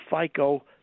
FICO